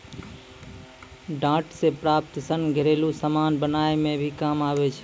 डांट से प्राप्त सन घरेलु समान बनाय मे भी काम आबै छै